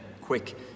quick